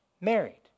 married